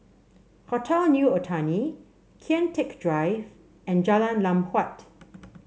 Hotel New Otani Kian Teck Drive and Jalan Lam Huat